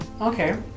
okay